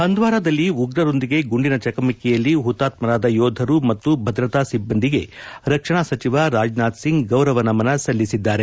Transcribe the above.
ಹಂದ್ವಾರದಲ್ಲಿ ಉಗ್ರರೊಂದಿಗೆ ಗುಂಡಿನ ಚಕಮಕಿಯಲ್ಲಿ ಹುತಾತ್ತರಾದ ಯೋಧರು ಮತ್ತು ಭದ್ರತಾ ಸಿಬ್ಲಂದಿಗೆ ರಕ್ಷಣಾ ಸಚಿವ ರಾಜನಾಥ್ ಸಿಂಗ್ ಗೌರವ ನಮನ ಸಲ್ಲಿಸಿದ್ದಾರೆ